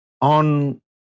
on